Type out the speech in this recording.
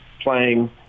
playing